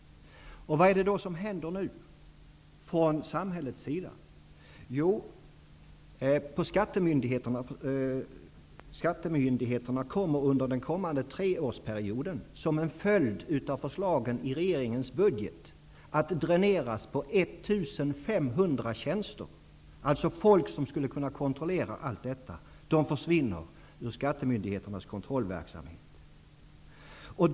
Vad är det då som händer nu från samhällets sida? Skattemyndigheterna kommer under den kommande treårsperioden, som en följd av förslagen i regeringens budget, att dräneras på 1 500 tjänster. Folk som skulle kunna kontrollera allt detta försvinner ur skattemyndigheternas kontrollverksamhet.